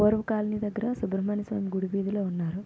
పూర్వ కాలనీ దగ్గర సుబ్రహ్మణ్య స్వామి గుడి వీధులో ఉన్నారు